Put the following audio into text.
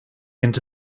into